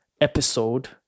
episode